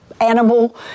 Animal